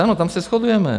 Ano, tam se shodujeme.